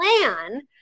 plan